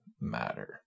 matter